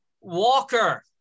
Walker